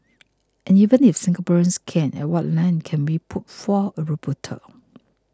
and even if Singaporeans can at what length can we put forth a rebuttal